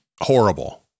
horrible